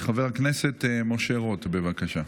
חבר הכנסת משה רוט, בבקשה.